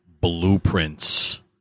blueprints